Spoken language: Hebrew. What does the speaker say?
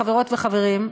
חברות וחברים,